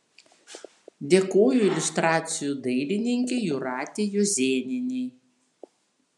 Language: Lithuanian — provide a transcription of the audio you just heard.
dėkoju iliustracijų dailininkei jūratei juozėnienei